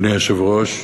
אדוני היושב-ראש,